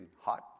hot